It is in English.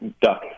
duck